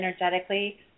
energetically